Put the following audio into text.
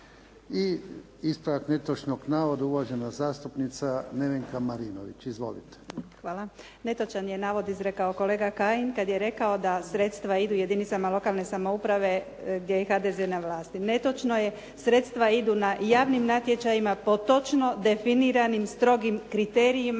I ispravak netočnog navoda, uvažena zastupnica Nevenka Marinović. Izvolite. **Marinović, Nevenka (HDZ)** Hvala. Netočan je navod izrekao kolega Kajin kad je rekao da sredstva idu jedinicama lokalne samouprave gdje je HDZ na vlasti. Netočno je, sredstva idu javnim natječajima po točno definiranim strogim kriterijima